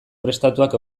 prestatuak